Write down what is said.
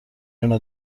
اونو